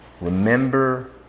Remember